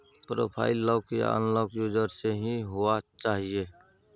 profile lock आर unlock user से ही हुआ चाहिए